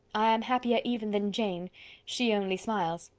i am happier even than jane she only smiles,